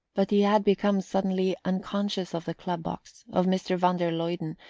but he had become suddenly unconscious of the club box, of mr. van der luyden,